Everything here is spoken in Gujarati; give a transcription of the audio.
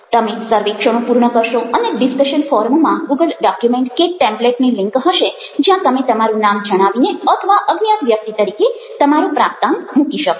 તમે સર્વેક્ષણો પૂર્ણ કરશો અને ડિસ્કશન ફોરમમાં ગૂગલ ડોક્યુમેન્ટ કે ટેમ્પલેટની લિન્ક હશે જ્યાં તમે તમારું નામ જણાવીને અથવા અજ્ઞાત વ્યક્તિ તરીકે તમારો પ્રાપ્તાંક મૂકી શકશો